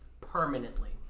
Permanently